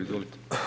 Izvolite.